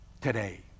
today